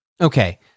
okay